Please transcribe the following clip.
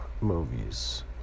movies